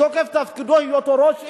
מתוקף תפקידו בהיותו ראש עיר,